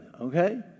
okay